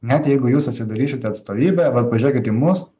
net jeigu jūs atsidarysite atstovybę vat pažiūrėkit į mus